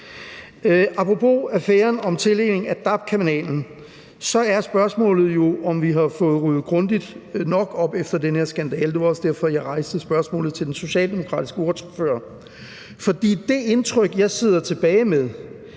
Apropos affæren om tildelingen af dab-kanalen er spørgsmålet jo, om vi har fået ryddet grundigt nok op efter den her skandale. Det var også derfor, jeg rejste spørgsmålet over for den socialdemokratiske ordfører. For det indtryk, jeg sidder tilbage med,